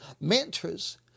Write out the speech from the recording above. mantras